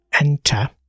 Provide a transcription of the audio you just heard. enter